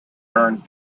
earned